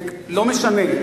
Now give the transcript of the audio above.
לא משנה.